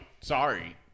Sorry